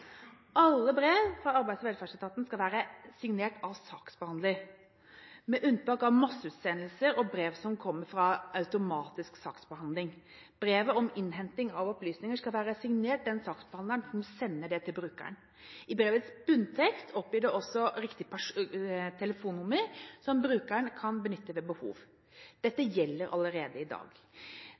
Alle brev fra Arbeids- og velferdsetaten skal være signert av saksbehandleren, med unntak av masseutsendelser og brev som kommer fra automatisk saksbehandling. Brevet om innhenting av opplysninger skal være signert den saksbehandleren som sender det til brukeren. I brevets bunntekst oppgis det også riktig telefonnummer som brukeren kan benytte ved behov. Dette gjelder allerede i dag.